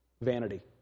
Vanity